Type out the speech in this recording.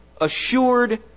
assured